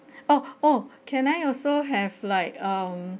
oh oh can I also have like um